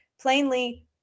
plainly